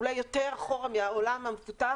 אולי יותר אחורה מהעולם המפותח,